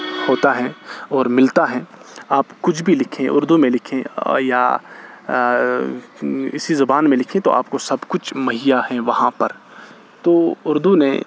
ہوتا ہیں اور ملتا ہیں آپ کچھ بھی لکھیں اردو میں لکھیں یا اسی زبان میں لکھیں تو آپ کو سب کچھ مہیا ہیں وہاں پر تو اردو نے